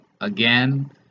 again